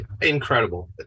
incredible